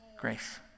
grace